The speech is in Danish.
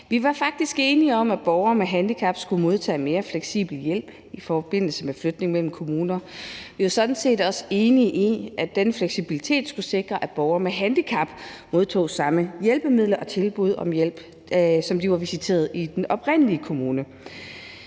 Vi var faktisk enige om, at borgere med handicap skulle modtage mere fleksibel hjælp i forbindelse med flytning mellem kommuner. Vi var sådan set også enige om, at den fleksibilitet skulle sikre, at borgere med handicap modtog samme hjælpemidler og tilbud om hjælp, som de var visiteret til i den oprindelige kommune.